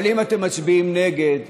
אבל אם אתם מצביעים נגד,